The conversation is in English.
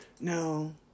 no